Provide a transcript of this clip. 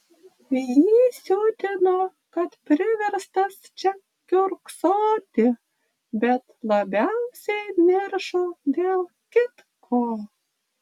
jį siutino kad priverstas čia kiurksoti bet labiausiai niršo dėl kitko